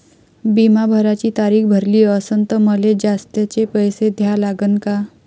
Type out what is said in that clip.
बिमा भराची तारीख भरली असनं त मले जास्तचे पैसे द्या लागन का?